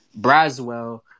Braswell